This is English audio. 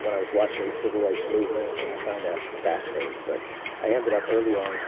when i was watching the civil rights movement, and i found that fascinating. but i ended up early on